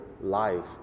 life